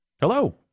Hello